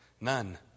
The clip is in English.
None